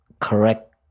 correct